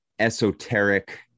Esoteric